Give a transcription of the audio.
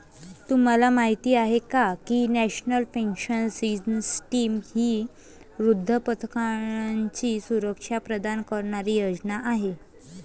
तुम्हाला माहिती आहे का की नॅशनल पेन्शन सिस्टीम ही वृद्धापकाळाची सुरक्षा प्रदान करणारी योजना आहे